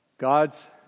God's